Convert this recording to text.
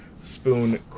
Spoon